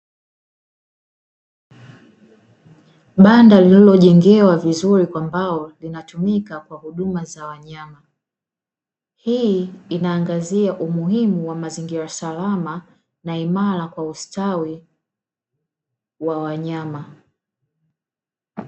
Banda lililojengewa vizuri kwa mbao linatumika kwa huduma za wanyama, hii inaangazia umuhimu wa mazingira salama na imara kwa ustawi wa wanyama.